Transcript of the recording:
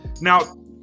Now